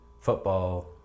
football